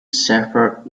safford